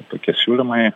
tokie siūlymai